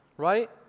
Right